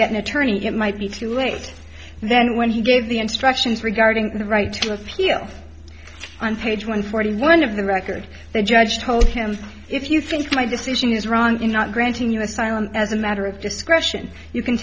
get an attorney it might be too late then when he gave the instructions regarding the right to appeal on page one forty one of the record the judge told him if you think my decision is wrong in not granting you asylum as a matter of discretion you can